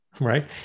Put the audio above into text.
right